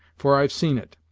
for i've seen it,